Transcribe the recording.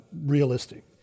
realistic